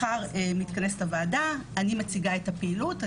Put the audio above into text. מחר מתכנסת הוועדה, אני מציגה את הפעילות.